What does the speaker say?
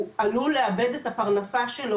הוא עלול לאבד את הפרנסה שלו,